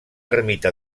ermita